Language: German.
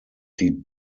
die